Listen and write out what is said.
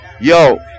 Yo